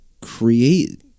create